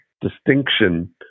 distinction